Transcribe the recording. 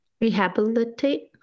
rehabilitate